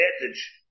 advantage